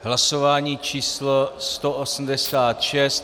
Hlasování číslo 186.